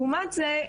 לעומת זה,